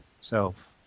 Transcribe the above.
self